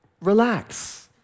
Relax